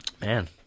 Man